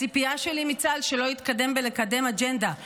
הציפייה שלי מצה"ל שלא יתקדם בלקדם אג'נדה".